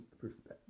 perspective